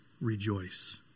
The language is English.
rejoice